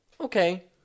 Okay